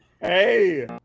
hey